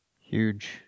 Huge